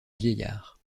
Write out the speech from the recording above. vieillards